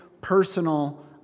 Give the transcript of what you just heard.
personal